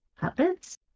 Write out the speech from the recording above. Puppets